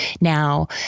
now